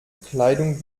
kleidung